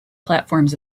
platforms